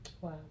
Wow